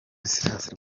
silas